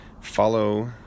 follow